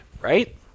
right